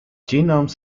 genome